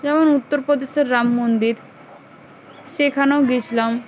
যেমন উত্তরপ্রদেশের রাম মন্দির সেখানেও গেছিলাম